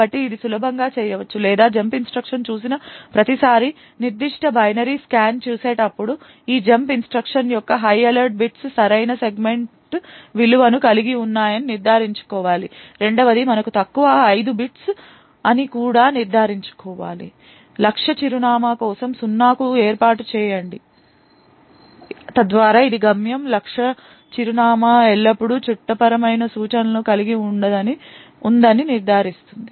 కాబట్టి ఇది సులభంగా చేయవచ్చు లేదా జంప్ ఇన్స్ట్రక్షన్ చూసిన ప్రతిసారీ నిర్దిష్ట బైనరీని స్కాన్ చేసేటప్పుడు ఆ జంప్ ఇన్స్ట్రక్షన్ యొక్క హై ఆర్డర్ బిట్స్ సరైన సెగ్మెంట్ విలువను కలిగి ఉన్నాయని నిర్ధారించుకోవాలి రెండవది మనము తక్కువ 5 బిట్స్ అని కూడా నిర్ధారించుకోవాలి లక్ష్య చిరునామా కోసం 0 కు ఏర్పాటు చేయండి తద్వారా ఇది గమ్యం లక్ష్య చిరునామా ఎల్లప్పుడూ చట్టపరమైన సూచనలను కలిగి ఉందని నిర్ధారిస్తుంది